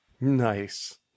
Nice